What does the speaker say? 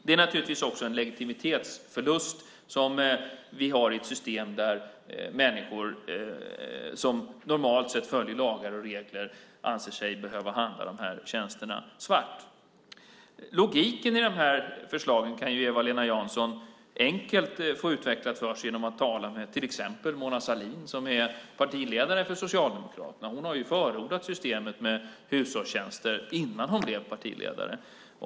Det är naturligtvis också en legitimitetsförlust, som vi har i ett system där människor som normalt sett följer lagar och regler anser sig behöva handla dessa tjänster svart. Logiken i de här förslagen kan Eva-Lena Jansson enkelt få utvecklad genom att tala med till exempel Mona Sahlin, som är partiledare för Socialdemokraterna. Hon har ju förordat systemet med hushållstjänster innan hon blev partiledare.